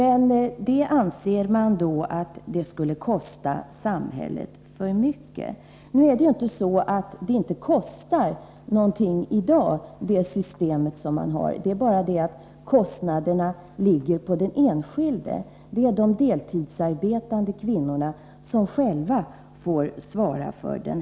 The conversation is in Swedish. Ett sådant system anses kosta samhället för mycket. Men det nuvarande systemet kostar naturligtvis också. Det är bara det att kostnaderna ligger på den enskilde. Det är de deltidsarbetande kvinnorna som själva får svara för dem.